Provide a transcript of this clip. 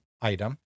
item